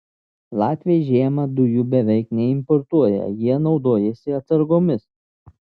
latviai žiemą dujų beveik neimportuoja jie naudojasi atsargomis